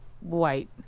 White